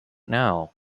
now